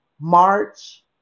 March